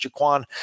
Jaquan